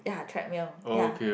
ya treadmill ya